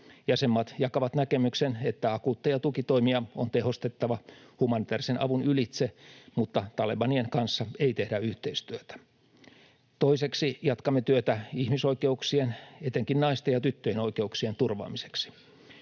Jäsenmaat jakavat näkemyksen, että akuutteja tukitoimia on tehostettava humanitäärisen avun ylitse, mutta talibanien kanssa ei tehdä yhteistyötä. Toiseksi jatkamme työtä ihmisoikeuksien, etenkin naisten ja tyttöjen oikeuksien, turvaamiseksi.